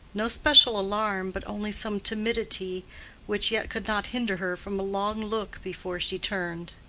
no special alarm, but only some timidity which yet could not hinder her from a long look before she turned.